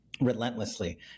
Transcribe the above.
relentlessly